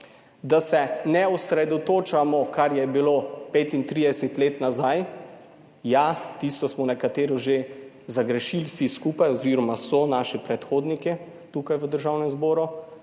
da se ne osredotočamo, kar je bilo 35 let nazaj. Ja, tisto smo nekateri že zagrešili vsi skupaj oz. so naši predhodniki tukaj v Državnem zboru,